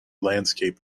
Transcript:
landscape